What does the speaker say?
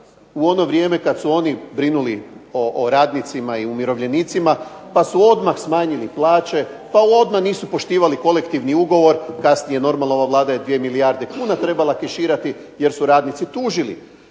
u ono vrijeme kad su oni brinuli o radnicima i umirovljenicima pa su odmah smanjili plaće pa odmah nisu poštivali kolektivni ugovor. Kasnije normalno, ova Vlada je 2 milijarde kuna trebala keširati jer su radnici tužili